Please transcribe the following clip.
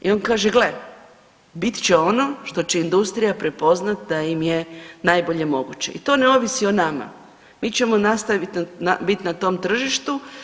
I on kaže gle, bit će ono što će industrija prepoznat da im je najbolje moguće i to ne ovisi o nama, mi ćemo nastaviti bit na tom tržištu.